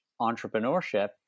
entrepreneurship